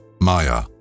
maya